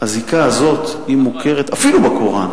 הזיקה הזאת מוכרת אפילו בקוראן.